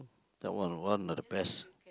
that one one of the best